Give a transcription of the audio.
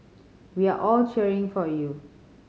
we are all cheering for you